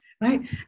right